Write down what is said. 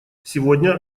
сегодня